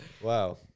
Wow